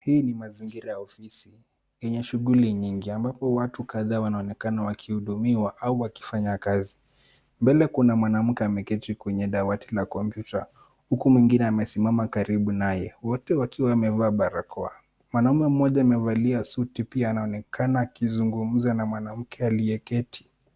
Haya ni mazingira ya ofiisi yenye shughuli nyingi, ambapo watu kadhaa wanaonekana wakihudumiwa au wakifanya kazi. Mbele kuna mwanamke ameketi kwenye dawati la kompyuta, huku mwingine amesimama karibu naye, wote wakiwa wamevaa barakoa. Mwanaume mmoja amevalia suti pia anaonekana akizungumza na mwanamke aliyeketi.